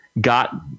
got